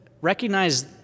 recognize